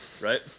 right